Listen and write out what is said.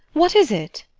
what is it?